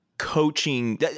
Coaching